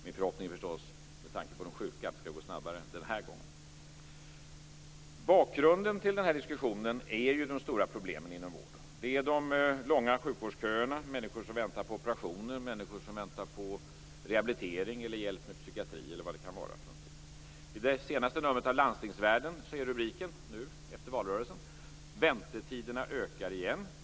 Min förhoppning är förstås, med tanke på de sjuka, att det skall gå snabbare den här gången. Bakgrunden till den här diskussionen är ju de stora problemen inom vården. Det är de långa sjukvårdsköerna, människor som väntar på operationer, människor som väntar på rehabilitering, hjälp med psykiatri eller vad det kan vara. I det senaste numret av Landstingsvärlden är rubriken nu efter ett valrörelsen: Väntetiderna ökar igen.